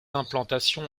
implantations